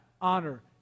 honor